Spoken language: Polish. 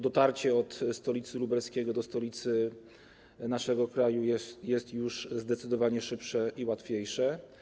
Dotarcie ze stolicy lubelskiego do stolicy naszego kraju jest już zdecydowanie szybsze i łatwiejsze.